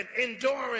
endurance